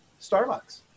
Starbucks